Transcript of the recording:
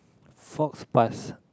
forks pass